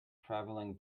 travelling